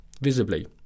visibly